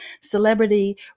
celebrity